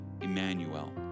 Emmanuel